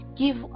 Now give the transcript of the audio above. Give